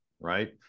right